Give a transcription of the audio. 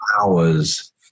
hours